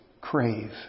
crave